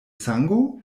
sango